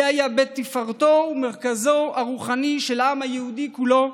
זה היה בית תפארתו ומרכזו הרוחני של העם היהודי כולו.